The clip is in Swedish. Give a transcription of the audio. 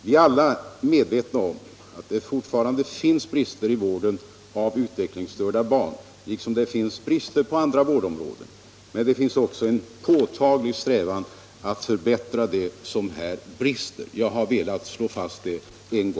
Vi är alla medvetna om att det fortfarande finns brister i vården av utvecklingsstörda barn, liksom det finns brister på andra vårdområden. Men det finns också en påtaglig strävan att förbättra det som brister.